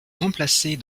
remplacés